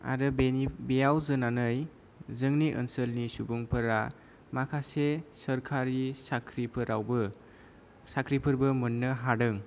आरो बेयाव जोनानै जोंनि ओनसोलनि सुबुंफोरा माखासे सोरखारि साख्रिफोरावबो साख्रिफोरबो मोन्नो हादों